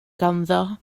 ganddo